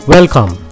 Welcome